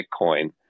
Bitcoin